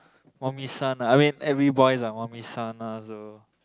I mean every boy also want so